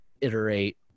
iterate